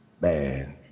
Man